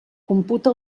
computa